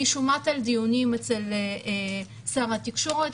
אני שומעת על דיונים אצל שר התקשורת,